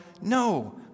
no